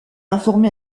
informé